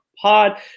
Pod